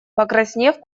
покраснев